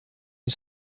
une